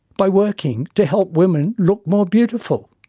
by working to help women look more beautiful.